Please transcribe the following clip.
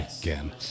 again